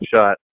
shot